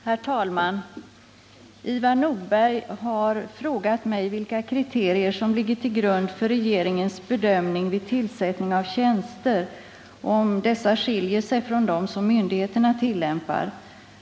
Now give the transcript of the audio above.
Herr talman! Ivar Nordberg har frågat mig vilka kriterier som ligger till grund för regeringens bedömning vid tillsättning av tjänster och om dessa skiljer sig ifrån dem som myndigheterna tillämpar.